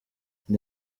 ndi